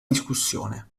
discussione